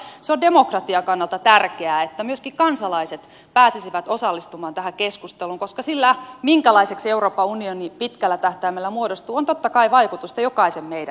minusta se on demokratian kannalta tärkeää että myöskin kansalaiset pääsisivät osallistumaan tähän keskusteluun koska sillä minkälaiseksi euroopan unioni pitkällä tähtäimellä muodostuu on totta kai vaikutusta jokaisen meidän elämään